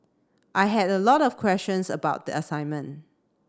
I had a lot of questions about the assignment